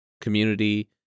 community